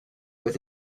with